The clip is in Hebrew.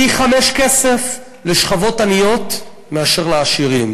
פי-חמישה לשכבות עניות מאשר לעשירים.